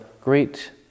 great